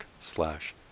slash